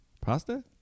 Pasta